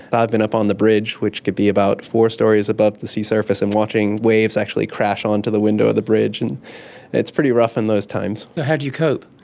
i've been up on the bridge which could be about four stories above the sea surface and watching waves actually crash onto the window of the bridge. and it's pretty rough in those times you cope?